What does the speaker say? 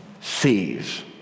sees